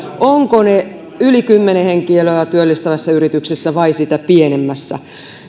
ovatko he yli kymmenen henkilöä työllistävässä yrityksessä vai sitä pienemmässä